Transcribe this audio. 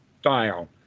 style